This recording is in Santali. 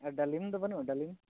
ᱟᱨ ᱰᱟᱹᱞᱤᱢ ᱫᱚ ᱵᱟᱹᱱᱩᱜᱼᱟ ᱰᱟᱹᱞᱤᱢ